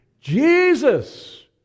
Jesus